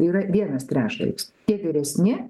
yra vienas trečdalis tie vyresni